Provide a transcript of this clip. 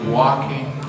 walking